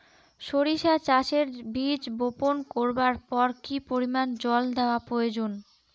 সরিষা চাষে বীজ বপন করবার পর কি পরিমাণ জল দেওয়া প্রয়োজন?